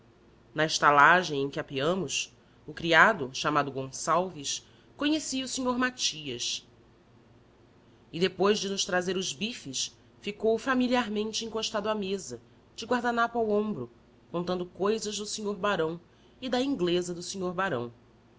na estalagem em que apeamos o criado chamado gonçalves conhecia o senhor matias e depois de nos trazer os bifes ficou familiarmente encostado à mesa de guardanapo ao ombro contando cousas do senhor barão e da inglesa do senhor barão